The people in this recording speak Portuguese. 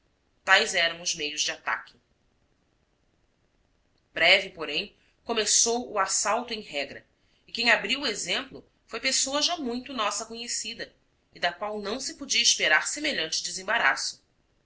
tais eram os meios de ataque breve porém começou o assalto em regra e quem abriu o exemplo foi pessoa já muito nossa conhecida e da qual não se podia esperar semelhante desembaraço